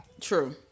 True